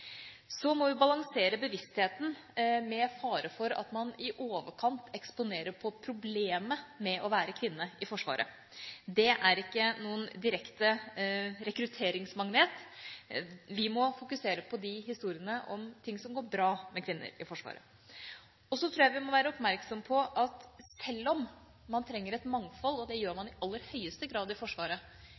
Så må vi balansere bevisstheten. Det er fare for at hvis man i overkant eksponerer på problemet med å være kvinne i Forsvaret, er ikke det noen direkte rekrutteringsmagnet. Vi må fokusere på historiene om det som går bra med kvinner i Forsvaret. Så tror jeg vi må være oppmerksomme på at sjøl om man trenger et mangfold, og det gjør man i aller høyeste grad i Forsvaret,